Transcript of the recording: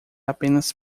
apenas